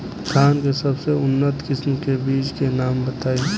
धान के सबसे उन्नत किस्म के बिज के नाम बताई?